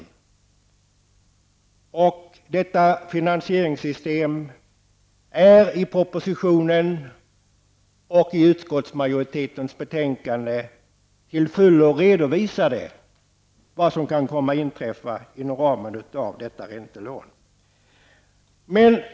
Det är i propositionen och i utskottsmajoritetens skrivning till fullo redovisat vad som kan komma att inträffa inom ramen för detta räntelån i finansieringssystemet.